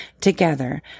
together